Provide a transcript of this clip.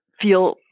feel